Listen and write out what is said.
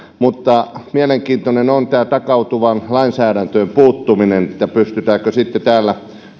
mutta mielenkiintoinen on tämä takautuva lainsäädäntöön puuttuminen ja se pystytäänkö sitten täällä